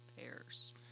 pairs